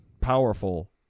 powerful